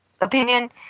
opinion